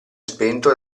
spento